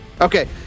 Okay